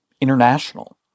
international